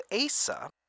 Asa